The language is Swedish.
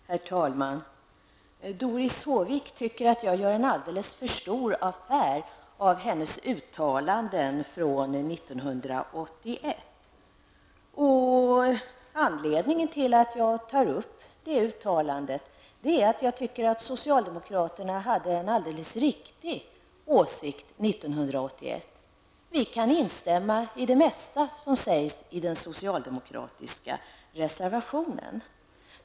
Herr talman! Doris Håvik tycker att jag gör en alldeles för stor affär av hennes uttalande från 1981. Anledningen till att jag tar upp det uttalandet är att jag tycker att socialdemokraterna då hade en alldeles riktig åsikt. Vi kan instämma i det mesta som sades i den socialdemokratiska reservationen från det året.